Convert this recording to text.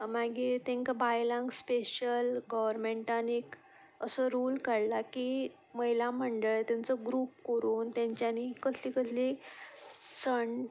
मागीर तांकां बायलांक स्पेशल गोवोरमेंटान एक असो रूल काडला की महिला मंडळ तेंचो ग्रूप करून तेंचे तेंच्यांनी कसली कसली सण